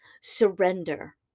Surrender